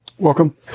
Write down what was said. Welcome